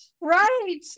right